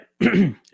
right